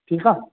ठीकु आहे